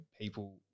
people